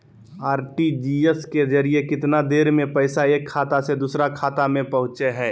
RTGS के जरिए कितना देर में पैसा एक खाता से दुसर खाता में पहुचो है?